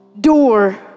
door